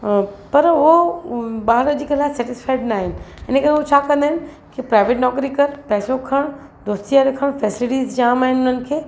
पर उहो ॿार अॼुकल्ह सेटिज़फाइड न आहिनि इनकरे हू छा कंदा आहिनि केरु प्राइवेट नौकरी करे पैसो खण दोस्ती यारी खण फ़ैसलिटिस जाम आहिनि हुनमि खे